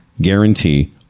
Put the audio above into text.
guarantee